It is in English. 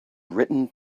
written